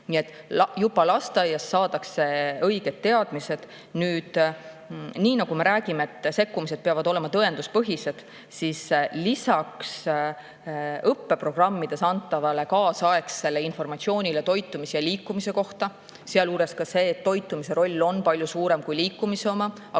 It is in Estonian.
juba lasteaiast saadakse õiged teadmised. Nii nagu me räägime, sekkumised peavad olema tõenduspõhised. Lisaks õppeprogrammides antavale kaasaegsele informatsioonile toitumise ja liikumise kohta – sealjuures ka selle kohta, et toitumise roll on palju suurem kui liikumise oma, aga